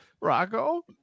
Rocco